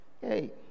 hey